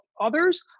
others